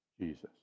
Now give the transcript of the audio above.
Jesus